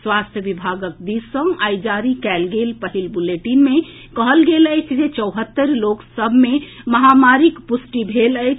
स्वास्थ्य विभागक दिस सॅ आइ जारी कयल गेल पहिल बुलेटिन मे कहल गेल अछि जे चौहत्तरि लोक सभ मे महामारीक पुष्टि भेल अछि